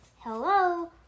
Hello